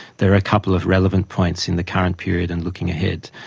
there are a couple of relevant points in the current period and looking ahead.